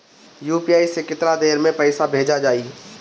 UPI से केतना देर मे पईसा भेजा जाई?